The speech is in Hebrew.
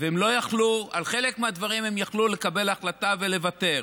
על חלק מהדברים הם יכלו לקבל החלטה ולוותר.